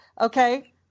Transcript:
Okay